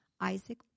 Isaac